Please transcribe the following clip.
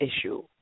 issue